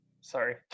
sorry